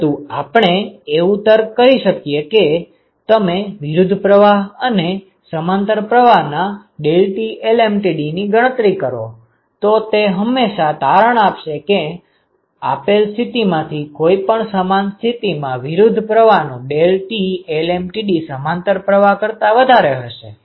પરંતુ આપણે એવું તર્ક કરી શકીએ કે જો તમે વિરુદ્ધ પ્રવાહ અને સમાંતર પ્રવાહના deltaT lmtd ની ગણતરી કરો તો તે હંમેશા તારણ આપશે કે આપેલ સ્થિતિમાંથી કોઈ પણ સમાન સ્થિતિમાં વિરુદ્ધ પ્રવાહનું deltaT lmtd સમાંતર પ્રવાહ કરતાં વધારે હશે